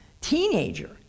teenager